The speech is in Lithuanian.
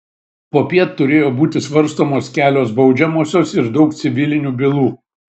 popiet turėjo būti svarstomos kelios baudžiamosios ir daug civilinių bylų